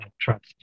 trust